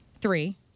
Three